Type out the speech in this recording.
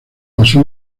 pasó